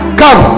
come